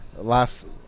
last